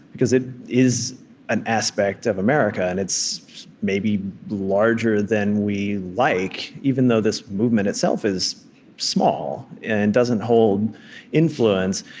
because it is an aspect of america, and it's maybe larger than we like. even though this movement itself is small and doesn't hold influence,